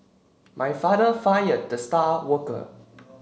my father fired the star worker